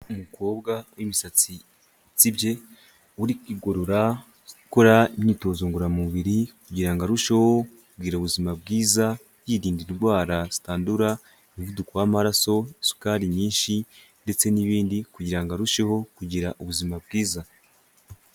Umukobwa w'imisatsi itsibye uri kwigorora, ukora imyitozo ngoramubiri kugira ngo arusheho kugira ubuzima bwiza, yirinda indwara zitandura, umuvuduko w'amaraso, isukari nyinshi ndetse n'ibindi kugira ngo arusheho kugira ubuzima bwiza.